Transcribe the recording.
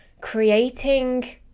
creating